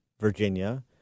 Virginia